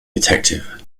detective